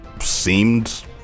seemed